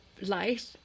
life